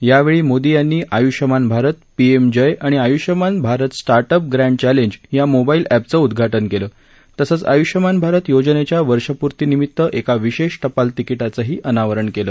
यावेळी मोदी यांनी Ayushman Bharat PM JAY आणि Ayushman Bharat start up grand challenge या मोबाईल एपचं उद्घाटन केलं तसंच आयुष्यमान भारत योजनेच्या वर्षपूर्ती निमीत्त एका विशेष टपाल तिकीटाचं अनावरणही केलं